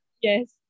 Yes